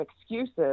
excuses